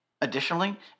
Additionally